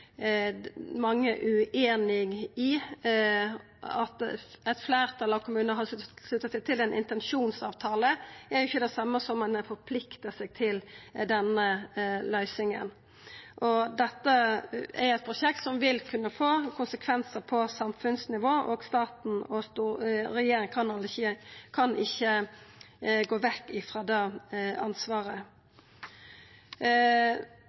mange ueinige i. At eit fleirtal av kommunane har slutta seg til ein intensjonsavtale, er jo ikkje det same som at ein har forplikta seg til denne løysinga. Dette er eit prosjekt som vil kunna få konsekvensar på samfunnsnivå, og staten og regjeringa kan ikkje gå vekk frå det ansvaret.